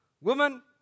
woman